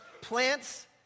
plants